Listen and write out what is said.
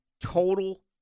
total